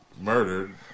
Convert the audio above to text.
murdered